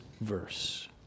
verse